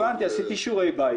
הבנתי, עשיתי שיעורי בית.